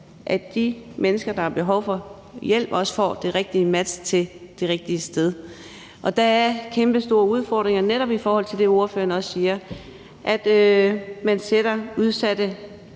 at de mennesker, der har behov for hjælp, også får det rigtige match til det rigtige sted. Og der er kæmpestore udfordringer netop i forhold til det, ordføreren siger, nemlig at man sætter udsatte